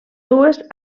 dues